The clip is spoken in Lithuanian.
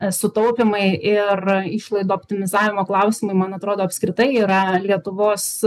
esu taupymai ir išlaidų optimizavimo klausimai man atrodo apskritai yra lietuvos